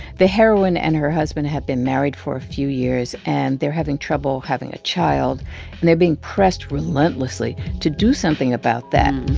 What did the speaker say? the heroine and her husband have been married for a few years, and they're having trouble having a child, and they're being pressed relentlessly to do something about that